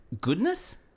goodness